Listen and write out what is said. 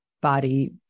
body